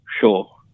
sure